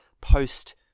post